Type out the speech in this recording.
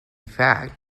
fact